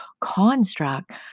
construct